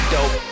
Dope